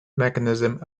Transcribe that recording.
mechanism